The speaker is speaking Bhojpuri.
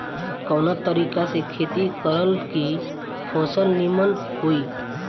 कवना तरीका से खेती करल की फसल नीमन होई?